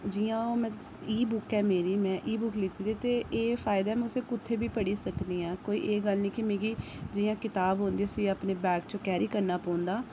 जि'यां मेरी ebook ऐ मेरी में इ बुक लैत्ते दी ते एह् फायदा में उस्सी कुत्थै बी पढ़ी सकनी आं कोई एह् गल्ल निं कि मिगी जि'यां कताब होंदी उस्सी अपने बैग च कैरी करने पौंदा